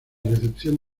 recepción